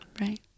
right